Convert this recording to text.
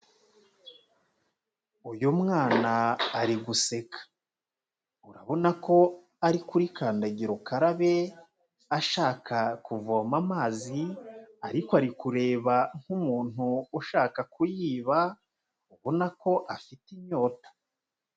Uyu mwana ari guseka, urabona ko ari kuri kandagira ukarabe, ashaka kuvoma amazi ariko ari kureba nk'umuntu ushaka kuyiba, ubona ko afite inyota.